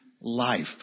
life